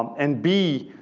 um and b,